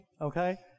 Okay